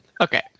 okay